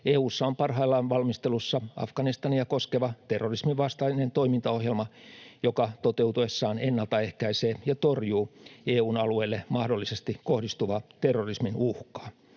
EU:ssa on parhaillaan valmistelussa Afganistania koskeva terrorismin vastainen toimintaohjelma, joka toteutuessaan ennaltaehkäisee ja torjuu EU:n alueelle mahdollisesti kohdistuvaa terrorismin uhkaa.